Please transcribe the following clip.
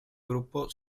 gruppo